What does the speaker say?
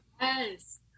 Yes